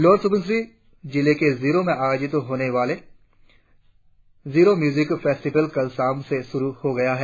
lower Subansiri जिले के जीरों में आयोजित होने वाला जीरों म्यूजिक फेस्टिवल कल शाम से शुरु हो गया है